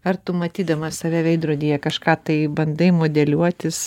ar tu matydamas save veidrodyje kažką tai bandai modeliuotis